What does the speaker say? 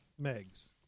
Megs